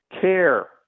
care